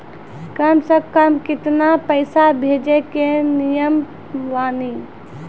कम से कम केतना पैसा भेजै के नियम बानी?